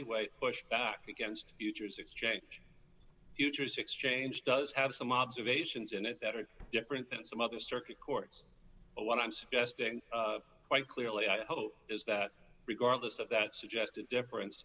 way push back against futures exchange futures exchange does have some observations in it that are different than some other circuit courts but what i'm suggesting quite clearly i hope is that regardless of that suggested difference